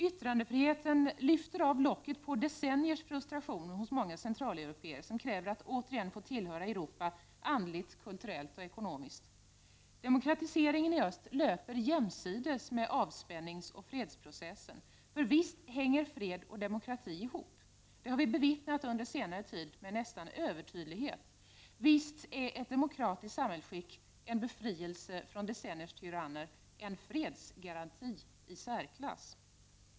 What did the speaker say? Yttrandefriheten lyfter av locket på decenniers frustration hos många centraleuropéer som kräver att återigen få tillhöra Europa — andligt, kulturellt och ekonomiskt. Demokratiseringen i öst löper jämsides med avspänningsoch fredsprocessen. Fred och demokrati hänger ihop. Det har vi bevittnat under senare tid med nästan övertydlighet. Ett demokratiskt samhällsskick, en befrielse från decenniers tyranner är en fredsgaranti i särklass!